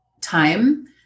time